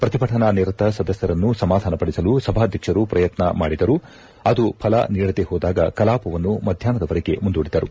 ಪ್ರತಿಭಟನಾನಿರತ ಸದಸ್ಯರನ್ನು ಸಮಾಧಾನಪಡಿಸಲು ಸಭಾಧ್ಯಕ್ಷರು ಪ್ರಯತ್ನ ಮಾಡಿದರಾದರೂ ಅದು ಫಲ ನೀಡದೇ ಹೋದಾಗ ಕಲಾಪವನ್ನು ಮಧ್ನಾಪ್ನದವರೆಗೆ ಮುಂದೂಡಿದರು